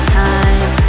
time